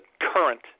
current